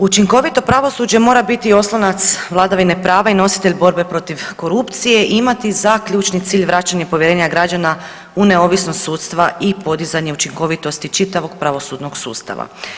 Učinkovito pravosuđe mora biti i oslonac vladavine prava i nositelj borbe protiv korupcije i imati za ključni cilj vraćanje povjerenja građana u neovisnost sudstva i podizanje učinkovitosti čitavog pravosudnog sustava.